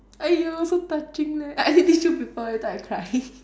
!aiyo! so touching leh I need tissue paper later I cry